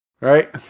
Right